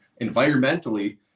environmentally